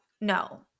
no